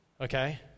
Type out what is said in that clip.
Okay